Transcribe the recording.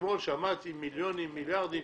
אתמול שמעתי: מיליונים, מיליארדים.